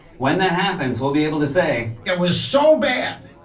when that happens, we'll be able to say. it was so bad,